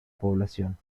población